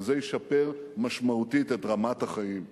וזה ישפר משמעותית את רמת החיים.